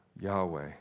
Yahweh